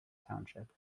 township